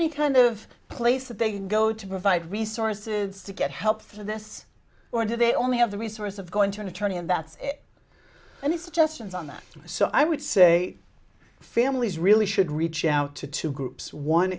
any kind of place that they can go to provide resources to get help for this or do they only have the resource of going to an attorney and that's any suggestions on that so i would say families really should reach out to two groups one